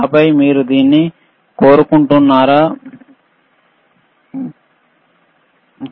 ఆపై మీరు దీన్ని కోరుకుంటున్నారా లేదా